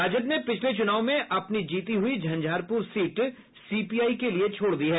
राजद ने पिछले चुनाव में अपली जीती हुई झंझारपुर सीट सीपीआई के लिए छोड़ दी है